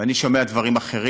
ואני שומע דברים אחרים.